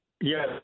Yes